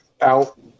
out